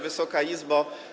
Wysoka Izbo!